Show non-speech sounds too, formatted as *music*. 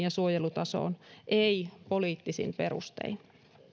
*unintelligible* ja suojelutasoon ei poliittisin perustein